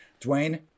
Dwayne